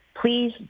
please